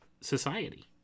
society